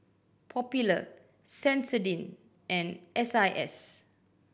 Popular Sensodyne and S I S